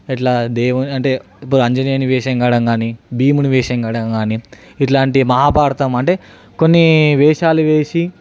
ఇట్లా దేవు అంటే ఆంజనేయుని వేషం కాడ కానీ భీముని వేషం వేయడం కానీ ఇలాంటివి మహాభారతం కానీ అంటే ఇలాంటివి కొన్ని వేషాలు వేసి